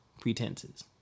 pretenses